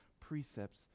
precepts